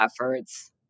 efforts